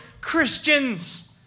Christians